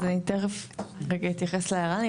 אז אני תכף רגע אתייחס להערכה.